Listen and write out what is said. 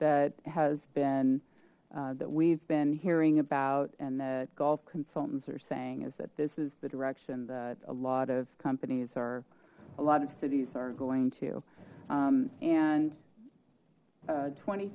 that has been that we've been hearing about and that golf consultants are saying is that this is the direction that a lot of companies are a lot of cities are going to and twenty